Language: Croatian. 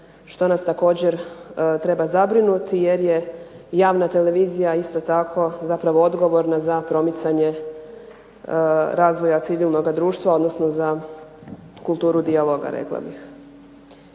što nas također treba zabrinuti jer je javna televizija odgovorna za promicanje razvoja civilnoga društva, odnosno kulturu dijaloga rekla bih.